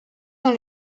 dans